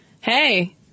Hey